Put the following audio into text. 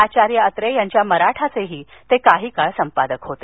आचार्य अत्रे यांच्या मराठाचेही ते काही काळ कार्यकारी संपादक होते